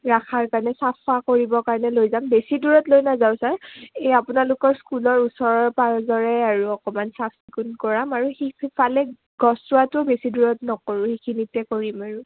ৰখাৰ কাৰণে চাফা কৰিবৰ কাৰণে লৈ যাম বেছি দূৰত লৈ নাযাওঁ ছাৰ এই আপোনালোকৰ স্কুলৰ ওচৰৰ পাঁজৰৰে আৰু অকণমান চাফ চিকুণ কৰাম আৰু সেইফালে গছ চোৱাটোও বেছি দূৰত নকৰোঁ সেইখিনিতে কৰিম আৰু